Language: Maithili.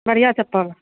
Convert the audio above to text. बढ़िआँ चप्पल